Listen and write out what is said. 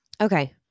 Okay